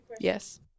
Yes